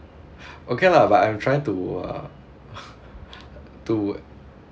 okay lah but I'm trying to uh to